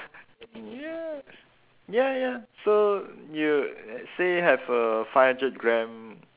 ya ya ya so you say have a five hundred gram